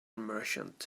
merchant